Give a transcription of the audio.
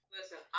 Listen